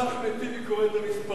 עכשיו אחמד טיבי קורא את המספרים,